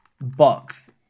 box